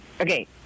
okay